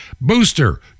booster